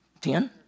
Ten